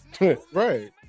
Right